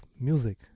music